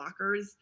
blockers